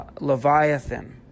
Leviathan